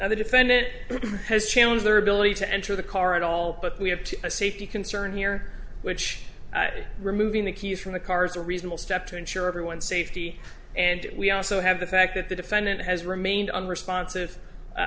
now the defendant has challenge their ability to enter the car at all but we have a safety concern here which is removing the keys from the cars a reasonable step to ensure everyone's safety and we also have the fact that the defendant has remained unrespons